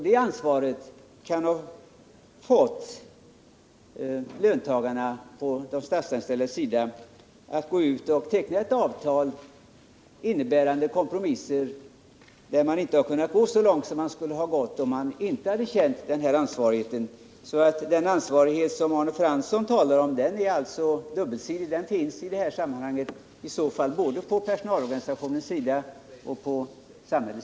Det ansvaret kan ha gjort att personalorganisationerna tecknat ett avtal som innehåller kompromisser, och att man inte gått så långt som man skulle ha gjort om man inte känt detta ansvar. Den ansvarskänsla som Arne Fransson talar om finns alltså i så fall både hos personalorganisationerna och samhället.